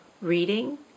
reading